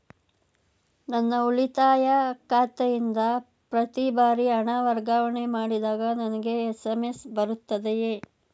ನನ್ನ ಉಳಿತಾಯ ಖಾತೆಯಿಂದ ಪ್ರತಿ ಬಾರಿ ಹಣ ವರ್ಗಾವಣೆ ಮಾಡಿದಾಗ ನನಗೆ ಎಸ್.ಎಂ.ಎಸ್ ಬರುತ್ತದೆಯೇ?